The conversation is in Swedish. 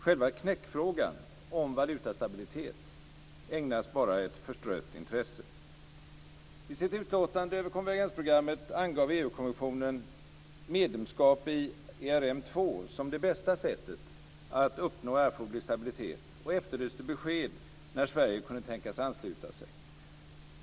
Själva knäckfrågan om valutastabilitet ägnas bara ett förstrött intresse. I kommissionen medlemskap i ERM2 som det bästa sättet att uppnå erforderlig stabilitet, och man efterlyste besked om när Sverige kunde tänkas ansluta sig.